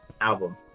album